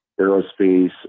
aerospace